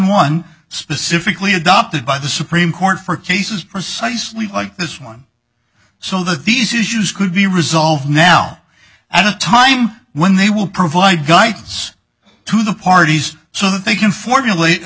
one specifically adopted by the supreme court for cases or size we like this one so that these issues could be resolved now at a time when they will provide guidance to the parties so that they can formulate a